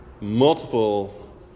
multiple